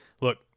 Look